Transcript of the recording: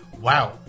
wow